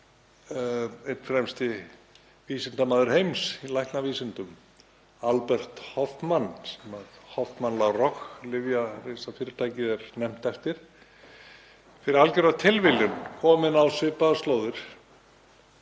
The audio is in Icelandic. einn fremsti vísindamaður heims í læknavísindum, Albert Hoffmann, sem Hoffmann-La Roche lyfjarisafyrirtækið er nefnt eftir, fyrir algjöra tilviljun kominn á svipaðar slóðir.